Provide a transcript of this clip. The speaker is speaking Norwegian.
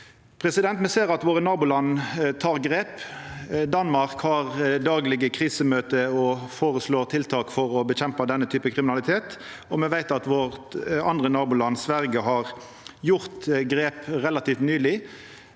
kriminalitet. Me ser at våre naboland tek grep. Danmark har daglege krisemøte og føreslår tiltak for å kjempa mot denne typen kriminalitet, og me veit at vårt andre naboland, Sverige, har gjort grep relativt nyleg.